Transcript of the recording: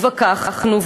התווכחנו,